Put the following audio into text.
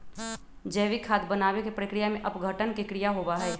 जैविक खाद बनावे के प्रक्रिया में अपघटन के क्रिया होबा हई